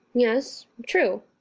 yes. true.